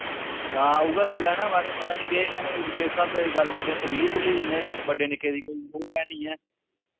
हां उ'यै गल्ल ऐ ना महाराज पता नि केह् इ'यां किस स्हाबै दी गल्ल करदे तमीज भुल्ली दी इ'नें बड्डे निक्के दी कोई ओह् ऐ नि ऐ